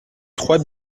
trois